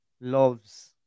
loves